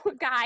guy